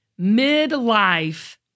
midlife